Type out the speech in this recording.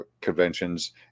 conventions